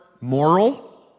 moral